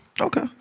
Okay